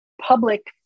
public